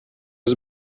was